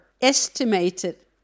estimated